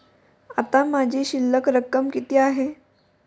आता माझी शिल्लक रक्कम किती आहे?